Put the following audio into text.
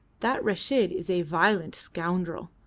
that reshid is a violent scoundrel,